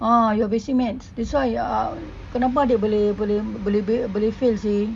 ah your basic maths that's why uh kenapa adik boleh boleh boleh fail seh